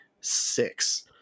six